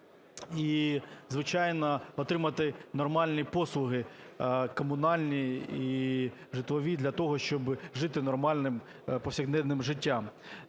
і, звичайно, отримати нормальні послуги комунальні і житлові для того, щоб жити нормальним повсякденним життям.